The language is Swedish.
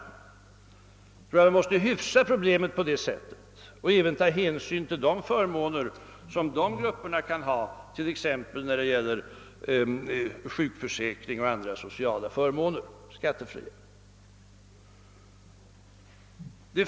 Man måste hyfsa problemet på det sätlet och även ta hänsyn till de tillgångar som dessa grupper kan ha, t.ex. i form av sjukpenning och andra skattefria sociala förmåner.